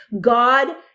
God